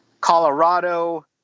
Colorado